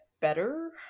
Better